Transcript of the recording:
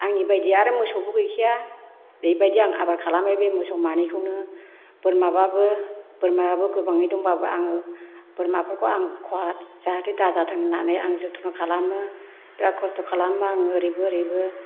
आंनि बायदि आरो मोसौबो गैखाया बेबादि आं आबार खालामो बे मोसौ मानैखौनो बोरमाबाबो बोरमायाबो गोबाङै दङबाबो आङो बोरमाफोरखौ आं ख'हा जाहाथे दाजाथों होन्नानै आं जोथोन खालामो बिराथ खस्थ' खालामो आङो ओरैबो ओरैबो